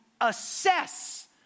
assess